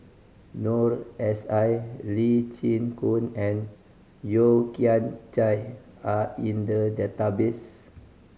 Noor S I Lee Chin Koon and Yeo Kian Chye are in the database